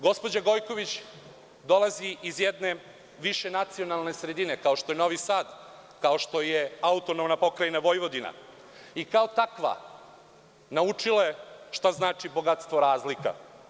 Gospođa Gojković dolazi iz jedne višenacionalne sredine kao što je Novi Sad, kao što je AP Vojvodina i kao takva naučila je šta znači bogatstvo razlika.